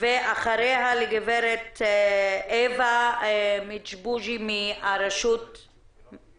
ואחריה גברת אווה מדז'יבוז' אווה